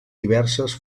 diverses